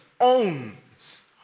owns